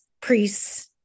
priests